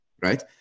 right